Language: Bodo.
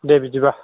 दे बिदिब्ला